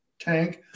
tank